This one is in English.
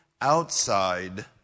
outside